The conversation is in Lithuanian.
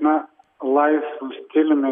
na laisvu stiliumi